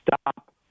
stop